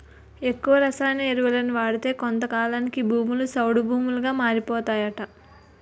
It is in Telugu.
ఎక్కువ రసాయన ఎరువులను వాడితే కొంతకాలానికి భూములు సౌడు భూములుగా మారిపోతాయట